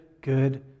good